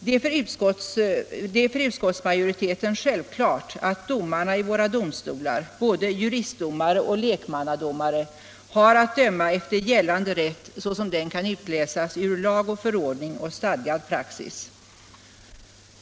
Det är för utskottsmajoriteten självklart att domarna i våra domstolar — både juristdomare och lekmannadomare — har att döma efter gällande rätt, såsom denna kan utläsas ur lag och förordning och ur stadgad praxis.